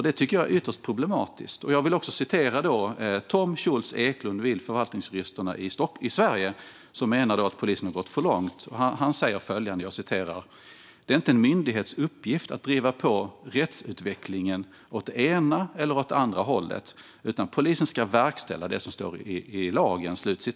Det tycker jag är ytterst problematiskt, och jag vill citera Tom Schultz-Eklund vid Förvaltningsjuristerna i Sverige, som menar att polisen har gått för långt. Han säger att det inte är en myndighets uppgift att driva på rättsutvecklingen åt ena eller åt andra hållet, utan polisen ska verkställa det som står i lagen.